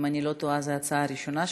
אם אני לא טועה, זו ההצעה הראשונה שלך.